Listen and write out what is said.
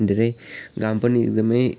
धेरै घाम पनि एकदमै